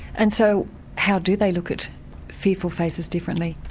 and so how do they look at fearful faces differently?